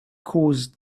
caused